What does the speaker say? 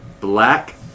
Black